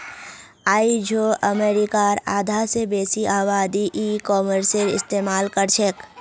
आइझो अमरीकार आधा स बेसी आबादी ई कॉमर्सेर इस्तेमाल करछेक